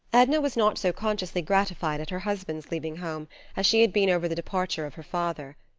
edna was not so consciously gratified at her husband's leaving home as she had been over the departure of her father.